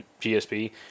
gsp